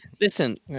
Listen